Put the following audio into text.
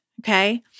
okay